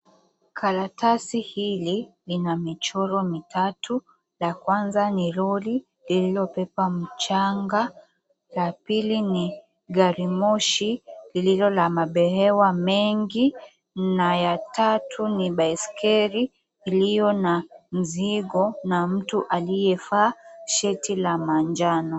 Karatasi hili lina michoro mitatu. La kwanza ni lori lililobeba mchanga. La pili ni gari moshi lililo la mabehewa mengi na ya tatu ni baiskeli iliyo na mzigo na mtu aliyevaa sheti la manjano.